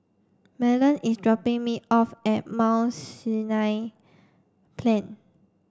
Mahlon is dropping me off at Mount Sinai Plain